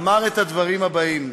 אמר את הדברים הבאים: